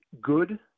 good